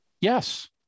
Yes